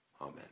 Amen